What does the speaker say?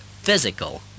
physical